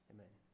Amen